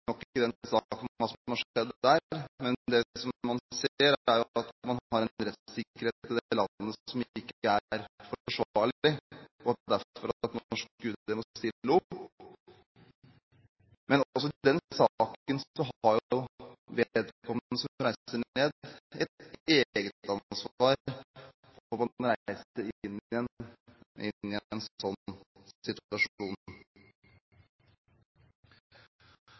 nok innsikt i hva som har skjedd der, men det man ser, er at man i det landet har en rettsikkerhet som ikke er forsvarlig, og derfor må norsk UD stille opp. Men også i den saken har vedkommende som reiser ned, et egenansvar for at man reiser inn i en sånn situasjon.